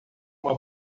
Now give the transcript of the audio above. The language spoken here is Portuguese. uma